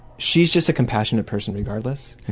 she's just a compassionate person regardless,